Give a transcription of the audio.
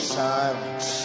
silence